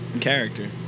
character